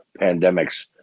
pandemics